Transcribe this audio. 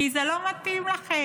כי זה לא מתאים לכם,